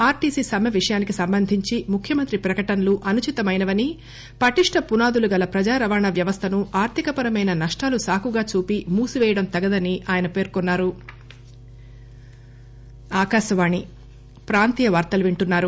RTC సమ్మె విషయానికి సంబంధించి ముఖ్యమంత్రి ప్రకటనలు అనుచితమైనవని పటిష్ట పునాదులు గల ప్రజా రవాణా వ్యవస్థను ఆర్దిక పరమైన నష్టాలు సాకుగా చూపి మూసివేయడం తగదని షబ్బీర్ అలీ పేర్కొన్నా రు